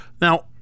now